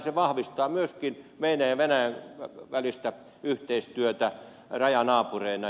se vahvistaa myöskin meidän ja venäjän välistä yhteistyötä rajanaapureina